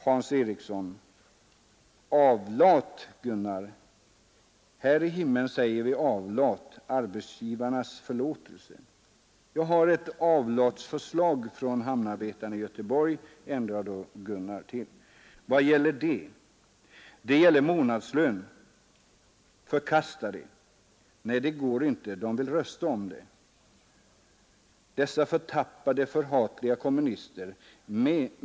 Hans Ericson: AVLAT! Gunnar, här i himlen säger vi avlat — arbetsgivarens förlåtelse. Gunnar Gustafsson: Jag har ett avlatsförslag från hamnarbetarna i Göteborg. Hans Ericson: Vad gäller det? Gunnar Gustavsson: Det gäller månadslön. Hans Ericson: Förkasta det! Gunnar Gustafsson: Nej, det går inte; dom vill rösta om det. Hans Ericson: Dessa förtappade, förhatliga kommunister! ...